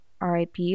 RIP